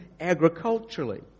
agriculturally